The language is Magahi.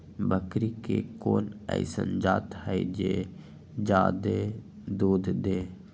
बकरी के कोन अइसन जात हई जे जादे दूध दे?